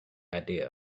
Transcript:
idea